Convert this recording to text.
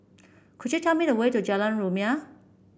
could you tell me the way to Jalan Rumia